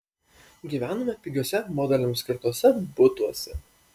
gyvenome pigiuose modeliams skirtuose butuose